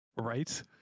Right